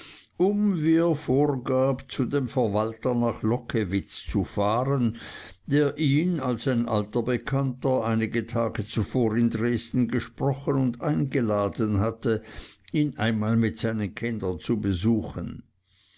um wie er vorgab zu dem verwalter nach lockewitz zu fahren der ihn als ein alter bekannter einige tage zuvor in dresden gesprochen und eingeladen hatte ihn einmal mit seinen kindern zu besuchen